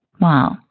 Wow